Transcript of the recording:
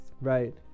right